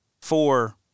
four